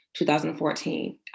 2014